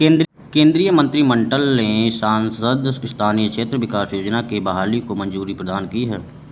केन्द्रीय मंत्रिमंडल ने सांसद स्थानीय क्षेत्र विकास योजना की बहाली को मंज़ूरी प्रदान की है